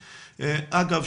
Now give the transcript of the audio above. אגב,